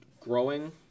growing